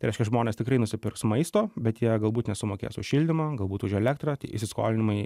ir žmonės tikrai nusipirks maisto bet jie galbūt nesumokės už šildymą galbūt už elektrą tie įsiskolinimai